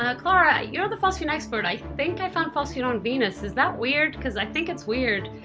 ah clara, you're the phosphine expert. i think i found phosphine on venus. is that weird? cause i think it's weird.